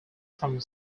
from